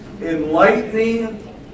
Enlightening